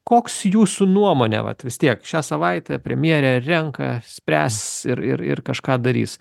koks jūsų nuomone vat vistiek šią savaitę premjerė renka spręs ir ir kažką darys